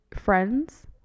friends